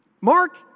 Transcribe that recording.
Mark